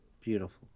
Beautiful